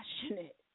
passionate